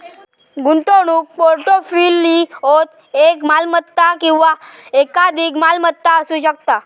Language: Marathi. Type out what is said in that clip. गुंतवणूक पोर्टफोलिओत एक मालमत्ता किंवा एकाधिक मालमत्ता असू शकता